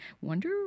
wonder